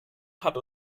hat